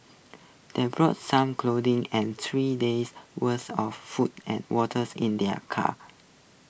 they brought some and three days' worth of food and waters in their car